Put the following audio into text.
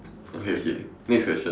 okay okay next question